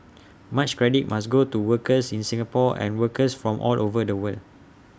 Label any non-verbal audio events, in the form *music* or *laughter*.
*noise* much credit must go to workers in Singapore and workers from all over the world